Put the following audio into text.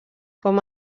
com